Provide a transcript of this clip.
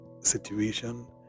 situation